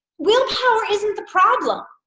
willpower isn't the problem.